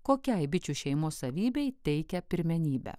kokiai bičių šeimos savybei teikia pirmenybę